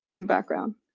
background